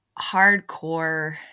hardcore